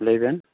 ᱞᱟᱹᱭ ᱵᱮᱱ